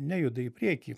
nejuda į priekį